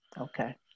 Okay